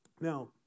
Now